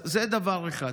זה דבר אחד.